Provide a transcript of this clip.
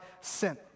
sin